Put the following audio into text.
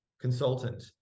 consultant